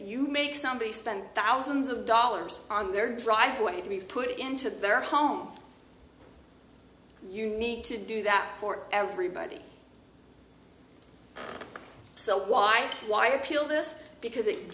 you make somebody spend thousands of dollars on their driveway to be put into their home you need to do that for everybody so why why appeal this because it